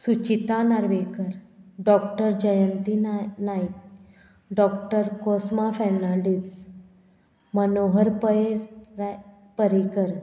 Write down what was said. Suchita Narvekar doctor Jayanti नाय Naik doctor Cosma Fernandes Manohar Pai राय परेकर